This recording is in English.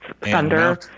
Thunder